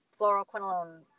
fluoroquinolone